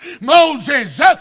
Moses